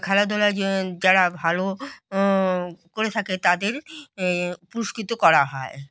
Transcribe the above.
খেলাধুলায় যে যারা ভালো করে থাকে তাদের পুরস্কৃত করা হয়